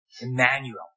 Emmanuel